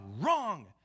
wrong